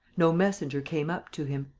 no messenger came up to him.